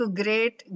great